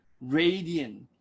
radiant